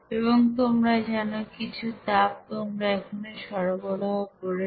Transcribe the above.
এবং তোমরা জানো কিছু তাপ তোমরা এখানে সরবরাহ করছে